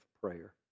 prayer